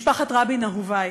משפחת רבין אהובי,